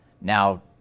Now